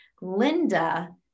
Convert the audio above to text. linda